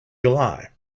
july